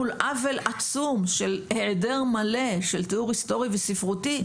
מול עוול עצום של היעדר מלא של תיאור היסטורי וספרותי,